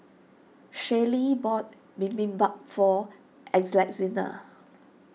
Shaylee bought Bibimbap for Alexina